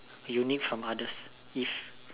unique from others if